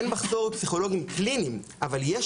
אין מחסור בפסיכולוגים קליניים אבל יש